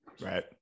Right